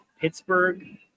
Pittsburgh